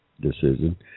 decision